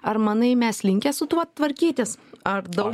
ar manai mes linkę su tuo tvarkytis ar daug